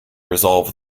resolve